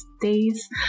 days